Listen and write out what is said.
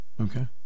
Okay